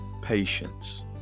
patience